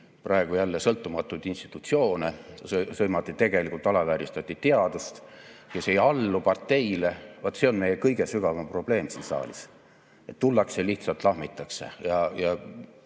praegu jälle sõltumatuid institutsioone, tegelikult alavääristati teadust, kes ei allu parteile – vaat see on meie kõige sügavam probleem siin saalis. Tullakse, lihtsalt lahmitakse ja